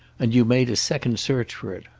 and you made a second search for it.